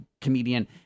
comedian